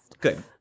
Good